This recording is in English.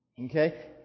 Okay